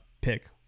pick